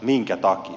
minkä takia